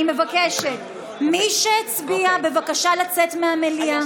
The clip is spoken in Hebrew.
אני מבקשת, מי שהצביע, בבקשה לצאת מהמליאה.